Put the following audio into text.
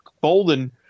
Bolden